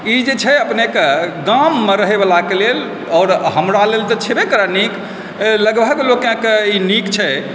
ई जे छै अपनेके गाममे रहैवलाके लेल आओर हमरा लेल तऽ छेबे करै नीक लगभग लोकके ई नीक छै जे